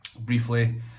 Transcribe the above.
briefly